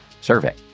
survey